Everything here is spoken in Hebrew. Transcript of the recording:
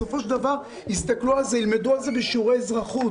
בסופו של דבר יסתכלו על זה וילמדו על זה בשיעורי אזרחות,